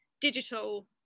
digital